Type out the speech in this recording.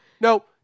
no